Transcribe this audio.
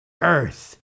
earth